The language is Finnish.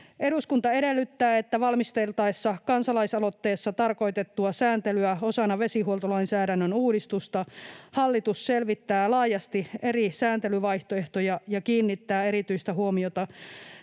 ”Eduskunta edellyttää, että valmisteltaessa kansalaisaloitteessa tarkoitettua sääntelyä osana vesihuoltolainsäädännön uudistusta hallitus selvittää laajasti eri sääntelyvaihtoehtoja ja kiinnittää erityistä huomiota